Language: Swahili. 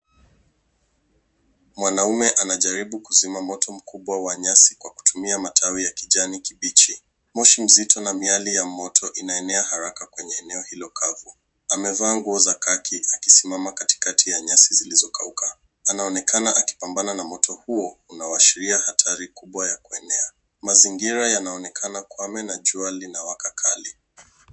Mwanaume anajaribu kusimama moto mkubwa wa nyasi kwa kutumia matawi ya kijani kibichi. Moshi mzito na miali ya moto inaenea haraka kwenye eneo hilo kavu. Amevaa nguo za kaki akisimama katikati ya nyasi zilizokauka. Anaonekana akipambana na moto huo unao ashiria hatari kubwa ya kuenea. Mazingira yanaonekana kwame na jua linawaka kali.